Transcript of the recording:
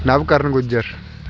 Navkaran Gujjar